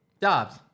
Dobbs